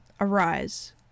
Arise